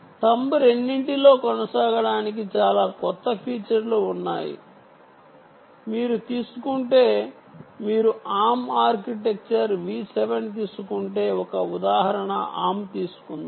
బొటనవేలు రెండింటిలో కొనసాగడానికి చాలా క్రొత్త ఫీచర్లు ఉన్నాయి మీరు తీసుకుంటే మీరు ఆర్మ్ ఆర్కిటెక్చర్ V 7 తీసుకుంటే ఒక ఉదాహరణ Arm తీసుకుందాం